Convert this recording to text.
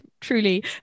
truly